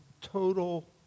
total